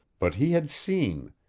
but he had seen,